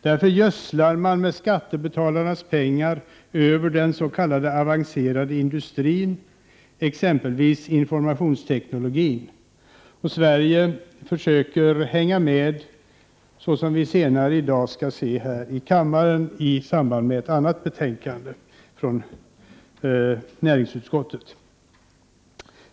Därför gödslar man med skattebetalarnas pengar över den s.k. avancerade industrin — exempelvis informationsteknologin — och Sverige försöker hänga med, såsom vi senare i dag skall se här i kammaren i samband med ett annat betänkande från näringsutskottet.